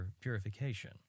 purification